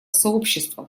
сообщества